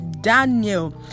Daniel